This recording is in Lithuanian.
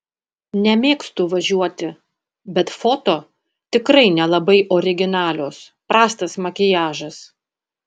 nemėgstu važiuoti bet foto tikrai nelabai originalios prastas makiažas